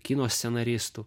kino scenaristų